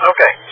Okay